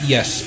Yes